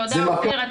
תודה, אופיר.